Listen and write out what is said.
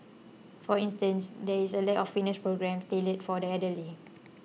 for instance there is a lack of fitness programmes tailored for the elderly